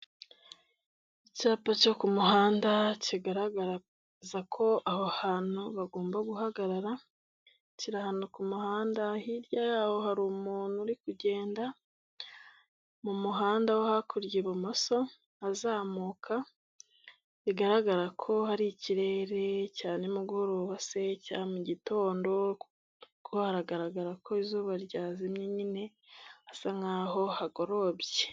Icyapa cyo ku muhanda kigaragaza ko aho hantu bagomba guhagarara, kiri ahantu ku muhanda, hirya y'aho hari umuntu uri kugenda mu muhanda wo hakurya ibumoso azamuka, bigaragara ko hari ikirere cya nimugoroba se cya mu gitondo kuko haragaragara ko izuba ryazimye nyine, hasa nk'aho hagorobye.